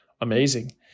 amazing